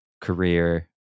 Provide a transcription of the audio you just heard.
career